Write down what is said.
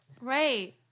Right